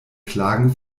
klagen